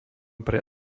pre